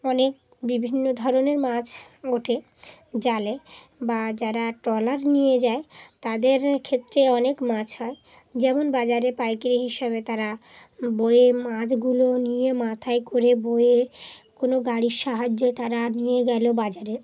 অনেক বিভিন্ন ধরনের মাছ ওঠে জালে বা যারা ট্রলার নিয়ে যায় তাদের ক্ষেত্রে অনেক মাছ হয় যেমন বাজারে পাইকারি হিসাবে তারা বয়ে মাছগুলো নিয়ে মাথায় করে বয়ে কোনো গাড়ির সাহায্যে তারা নিয়ে গেল বাজারে